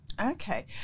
Okay